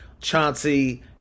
chauncey